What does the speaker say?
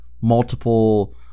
multiple